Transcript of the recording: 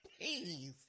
Please